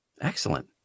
Excellent